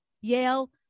Yale